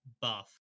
buff